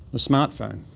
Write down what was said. the smart phone,